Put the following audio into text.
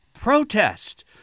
protest